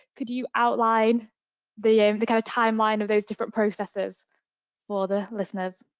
could you outline the the kind of timeline of those different processes for the listeners?